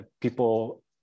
people